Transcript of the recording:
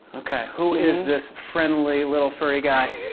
okay, who is this friendly little furry guy?